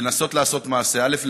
לנסות לעשות מעשה: א.